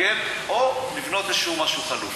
או לבנות איזה משהו חלופי?